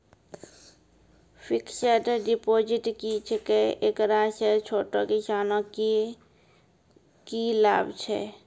Fixed deposit की छिकै, एकरा से छोटो किसानों के की लाभ छै?